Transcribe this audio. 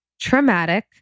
traumatic